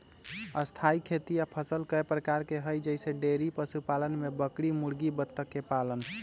स्थाई खेती या फसल कय प्रकार के हई जईसे डेइरी पशुपालन में बकरी मुर्गी बत्तख के पालन